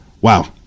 Wow